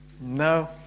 No